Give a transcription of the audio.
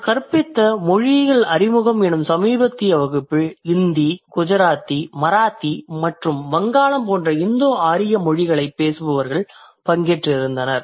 நான் கற்பித்த மொழியியல் அறிமுகம் எனும் சமீபத்திய வகுப்பில் இந்தி குஜராத்தி மராத்தி மற்றும் வங்காளம் போன்ற இந்தோ ஆரிய மொழிகளைப் பேசுபவர்கள் பங்கேற்றிருந்தனர்